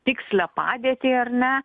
tikslią padėtį ar ne